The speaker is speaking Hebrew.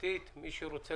חורי ודנה